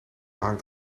hangt